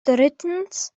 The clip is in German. drittens